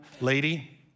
lady